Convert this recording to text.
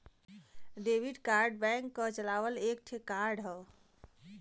debit card bank क चलावल एक ठे कार्ड हौ